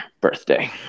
birthday